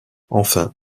enfin